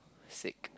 sick